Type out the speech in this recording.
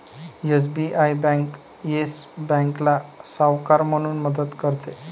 SBI bank Yes बँकेला सावकार म्हणून मदत करते